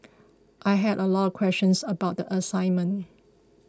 I had a lot of questions about the assignment